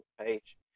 page